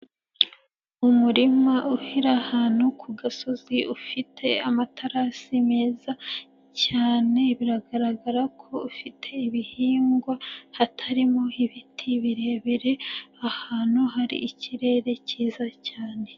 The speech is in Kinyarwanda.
Umurima uri ahantu ku gasozi ufite amaterasi meza cyane, biragaragara ko ufite ibihingwa hatarimo ibiti birebire, ahantu hari ikirere cyiza cyane.